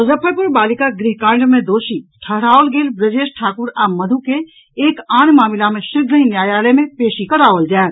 मुजफ्फरपुर बालिका गृह कांड मे दोषी ठहराओल गेल ब्रजेश ठाकुर आ मधु के एक आन मामिला मे शीघ्रहि न्यायालय मे पेशी कराओल जायत